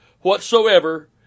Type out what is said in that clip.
Whatsoever